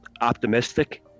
optimistic